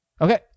Okay